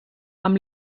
amb